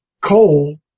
Coal